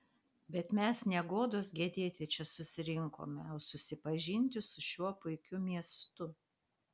bet mes ne godos gedėti čia susirinkome o susipažinti su šiuo puikiu miestu